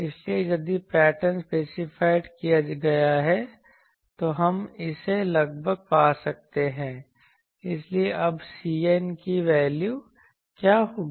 इसलिए यदि pattern specified किया गया है तो हम इसे लगभग पा सकते हैं इसलिए अब Cn की वैल्यू क्या होगी